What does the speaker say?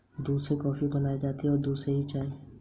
धान की खेती में कौन कौन सी खाद डालें?